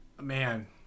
Man